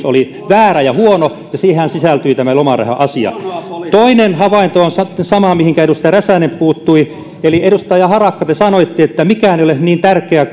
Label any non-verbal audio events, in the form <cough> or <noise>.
<unintelligible> oli väärä ja huono siihenhän sisältyi tämä lomaraha asia toinen havainto on sama mihinkä edustaja räsänen puuttui eli edustaja harakka te sanoitte että mikään ei ole niin tärkeää <unintelligible>